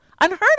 Unheard